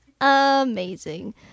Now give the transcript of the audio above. Amazing